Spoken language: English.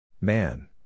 man